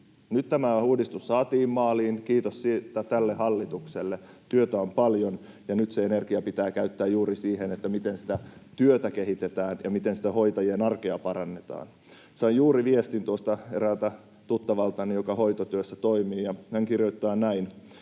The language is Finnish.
Nyt tämä uudistus saatiin maaliin, kiitos siitä tälle hallitukselle. Työtä on paljon, ja nyt se energia pitää käyttää juuri siihen, miten sitä työtä kehitetään ja miten sitä hoitajien arkea parannetaan. Sain juuri viestin tuosta eräältä tuttavaltani, joka hoitotyössä toimii, ja hän kirjoittaa näin: